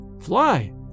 fly